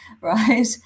right